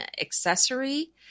accessory